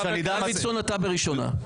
דוידסון, אתה בקריאה ראשונה.